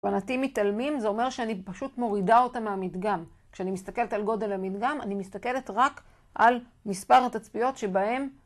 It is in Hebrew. להבנתי מתעלמים זה אומר שאני פשוט מורידה אותה מהמדגם כשאני מסתכלת על גודל המדגם אני מסתכלת רק על מספר התצפיות שבהם